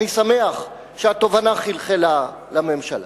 אני שמח שהתובנה חלחלה לממשלה,